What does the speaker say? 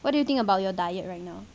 what do you think about your diet right now